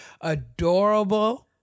adorable